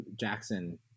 Jackson